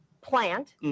plant